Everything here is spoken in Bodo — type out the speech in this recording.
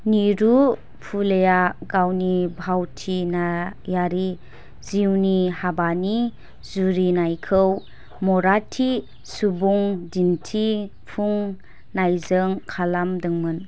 नीरु फुलेया गावनि भावथिनायारि जिउनि हाबानि जुरिनायखौ मराठी सुबुं दिन्थिफुंनायजों खालामदोंमोन